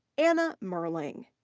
anna murhling.